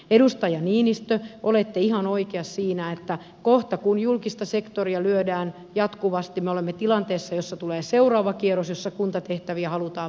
edustaja niinistö olette ihan oikeassa siinä että kun julkista sektoria lyödään jatkuvasti me olemme kohta tilanteessa jossa tulee seuraava kierros jossa kuntatehtäviä halutaan vähentää